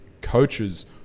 coaches